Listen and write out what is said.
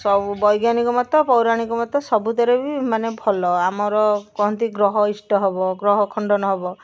ସବୁ ବୈଜ୍ଞାନିକ ମତ ପୌରାଣିକ ମତ ସବୁଥିରେ ବି ମାନେ ଭଲ ଆମର କୁହନ୍ତି ଗ୍ରହ ଇଷ୍ଟ ହେବ ଗ୍ରହ ଖଣ୍ଡନ ହେବ